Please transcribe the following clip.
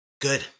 Good